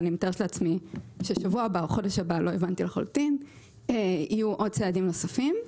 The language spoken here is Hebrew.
אני מתארת לעצמי שבשבוע הבא או בחודש הבא יהיו צעדים נוספים.